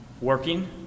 Working